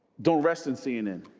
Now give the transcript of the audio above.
don't rest in seeing in